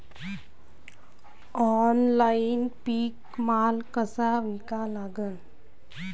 Online पीक माल कसा विका लागन?